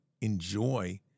enjoy